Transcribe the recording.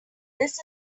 this